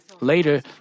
Later